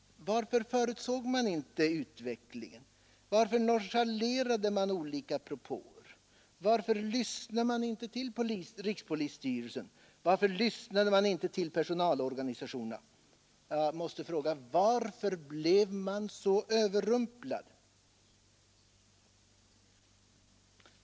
Varför förutsåg man inte utvecklingen i detta fall? Varför nonchalerade man olika propåer? Varför lyssnade man inte till rikspolisstyrelsen? Varför lyssnade man inte på personalorganisationerna? Och varför blev man så överrumplad?